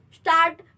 start